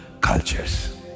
cultures